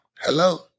Hello